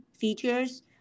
features